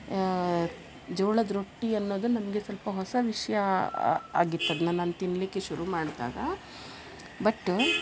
ಜೋಳದ ರೊಟ್ಟಿ ಅನ್ನೋದು ನನಗೆ ಸ್ವಲ್ಪ ಹೊಸ ವಿಷಯ ಆಗಿತ್ತು ಅದನ್ನ ನಾನು ತಿನ್ನಲಿಕ್ಕೆ ಶುರು ಮಾಡ್ದಾಗ ಬಟ್